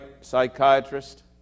psychiatrist